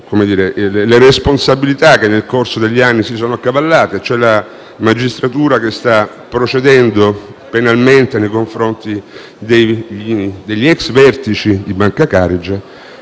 le responsabilità che nel corso degli anni si sono accavallate; la magistratura sta procedendo penalmente nei confronti degli ex vertici di Banca Carige